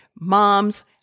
mom's